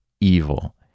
evil